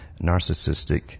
narcissistic